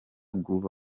groove